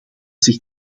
zich